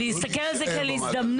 בדיוק, להסתכל על זה כעל הזדמנות.